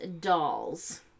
Dolls